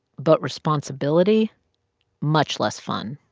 but responsibility much less fun,